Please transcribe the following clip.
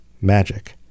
magic